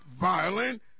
violent